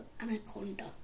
anaconda